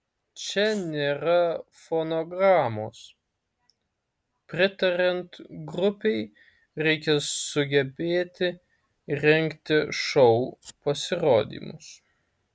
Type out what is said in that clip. čia nėra fonogramos pritariant grupei reikia sugebėti rengti šou pasirodymus